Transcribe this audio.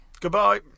goodbye